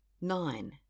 Nine